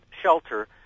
shelter